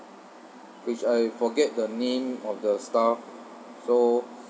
which I forget the name of the staff so